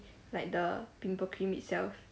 like the pimple cream itself